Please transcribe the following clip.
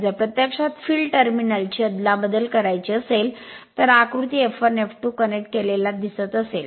जर प्रत्यक्षात field terminal ची अदलाबदल करायची असेल तर आकृती F1 F2 कनेक्ट केलेला दिसत असेल